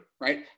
right